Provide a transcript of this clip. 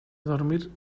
dormir